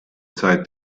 zeit